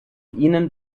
ihnen